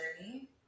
journey